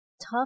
tough